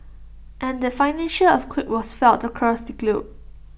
and that financial earthquake was felt across the globe